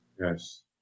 Yes